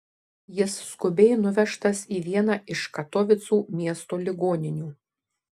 jis skubiai nuvežtas į vieną iš katovicų miesto ligoninių